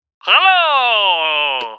Hello